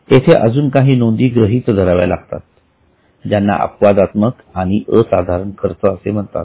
येथे अजून काही नोंदी गृहीत धराव्या लागतात ज्यांना अपवादात्मक आणि असाधारण खर्च असे म्हणतात